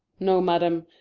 no, madam,